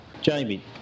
Jamie